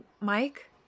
Mike